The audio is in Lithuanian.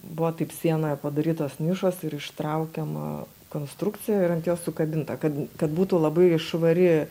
buvo taip sienoje padarytos nišos ir ištraukiama konstrukcija ir ant jos sukabinta kad kad būtų labai švari